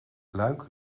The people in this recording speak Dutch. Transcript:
luik